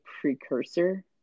precursor